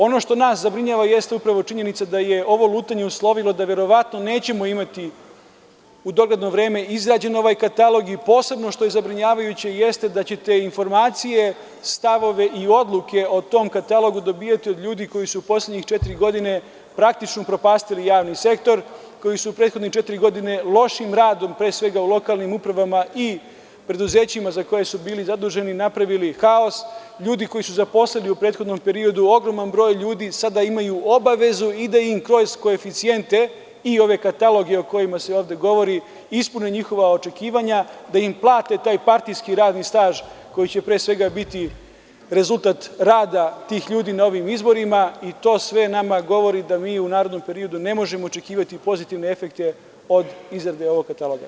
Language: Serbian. Ono što nas zabrinjava jeste upravo činjenica da je ovo lutanje uslovilo da verovatno nećemo imati u dogledno vreme izrađen ovaj katalog i posebno što je zabrinjavajuće jeste da ćete informacije, stavove i odluke o tom katalogu dobijati od ljudi koji su u poslednje četiri godine praktično upropastili javni sektor, koji su prethodne četiri godine lošim radom, pre svega lokalnim upravama i preduzećima za koje su bili zaduženi, napravili haos, ljudi koji su zaposlili u prethodnom periodu ogroman broj ljudi, sada imaju obavezu da kroz koeficijente i ove kataloge o kojima se ovde govori, ispune njihova očekivanja, da im plate taj partijski radni staž, koji će biti rezultat rada tih ljudi na ovim izborima i to sve nama govori da mi u narednom periodu ne možemo očekivati pozitivne efekte od izrade ovog kataloga.